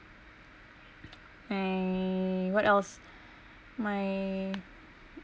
my what else my